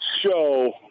show